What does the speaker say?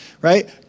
right